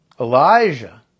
Elijah